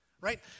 right